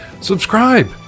subscribe